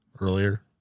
earlier